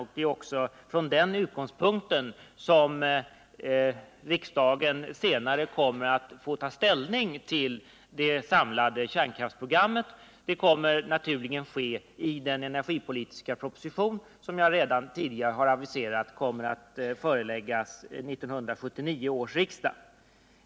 Det är också från den utgångspunkten som riksdagen senare kommer att få ta ställning till det samlade kärnkraftsprogrammet, vilket naturligen kommer att ske efter framläggandet av den energipolitiska proposition som enligt vad jag tidigare aviserat kommer att föreläggas 1979 års riksdag.